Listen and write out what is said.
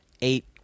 eight